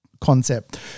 concept